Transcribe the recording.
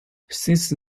since